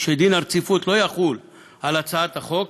שדין הרציפות לא יחול על הצעת החוק.